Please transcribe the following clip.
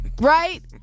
Right